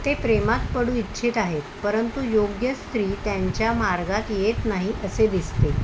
ते प्रेमात पडू इच्छित आहेत परंतु योग्य स्त्री त्यांच्या मार्गात येत नाही असे दिसते